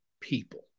people